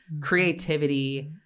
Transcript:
creativity